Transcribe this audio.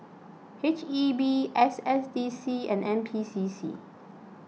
H E B S S D C and N P C C